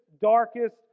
darkest